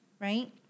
Right